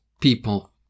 people